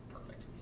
Perfect